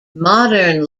modern